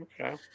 Okay